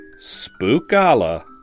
Spookala